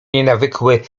nienawykły